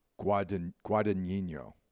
Guadagnino